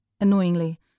Annoyingly